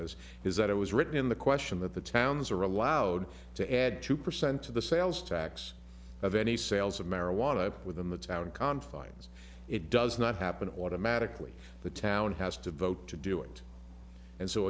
this is that it was written in the question that the towns are allowed to add two percent to the sales tax of any sales of marijuana within the town confines it does not happen automatically the town has to vote to do it and so